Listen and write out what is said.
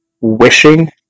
wishing